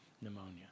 pneumonia